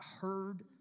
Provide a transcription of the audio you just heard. heard